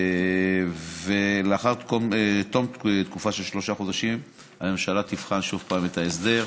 ולאחר תום התקופה הממשלה תבחן שוב את ההסדר.